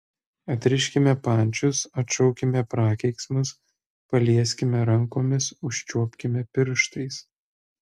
atriškime pančius atšaukime prakeiksmus palieskime rankomis užčiuopkime pirštais